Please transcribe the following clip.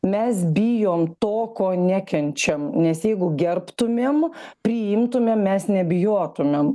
mes bijom to ko nekenčiam nes jeigu gerbtumėm priimtumėm mes nebijotumėm